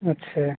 अच्छा